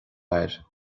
air